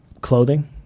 clothing